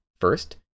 First